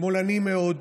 שמאלני מאוד,